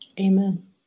amen